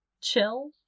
chill